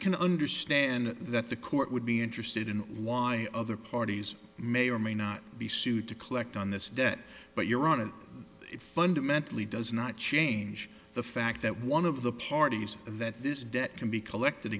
can understand that the court would be interested in why other parties may or may not be sued to collect on this debt but your honor it fundamentally does not change the fact that one of the parties that this debt can be collected